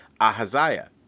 Ahaziah